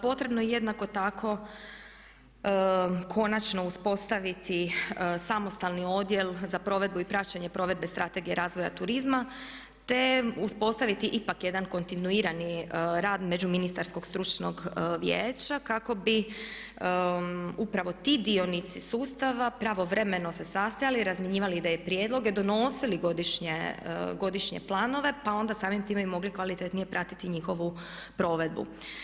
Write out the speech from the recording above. Potrebno je jednako tako konačno uspostaviti samostalni odjel za provedbu i praćenje provedbe strategije razvoja turizma te uspostaviti ipak jedan kontinuirani rad među ministarskog stručnog vijeća kako bi upravo ti dionici sustava pravovremeno se sastajali, izmjenjivali ideje prijedloge, donošenje godišnje planove pa onda samim time mogli i kvalitetnije pratiti njihovu provedbu.